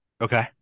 Okay